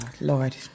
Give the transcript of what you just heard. lord